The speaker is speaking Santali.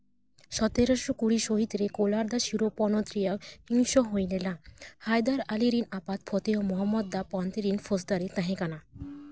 ᱥᱚᱛᱮᱨᱚ ᱥᱚ ᱠᱩᱲᱤ ᱥᱚᱦᱤᱛ ᱨᱮᱠᱚ ᱠᱳᱞᱟᱨ ᱫᱟ ᱥᱤᱨᱳ ᱯᱚᱱᱚᱛ ᱨᱮᱭᱟᱜ ᱦᱤᱝᱥᱟᱹ ᱦᱩᱭ ᱞᱮᱱᱟ ᱦᱟᱭᱫᱟᱨ ᱟᱹᱞᱤ ᱨᱮᱱ ᱟᱯᱟᱛ ᱯᱷᱮᱛᱮᱭᱚ ᱢᱚᱦᱚᱢ ᱢᱚᱫ ᱫᱟ ᱯᱚᱱᱛᱷᱤ ᱨᱮᱱ ᱥᱚᱫᱽᱫᱟᱨ ᱮ ᱛᱟᱦᱮᱸ ᱠᱟᱱᱟ